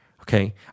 okay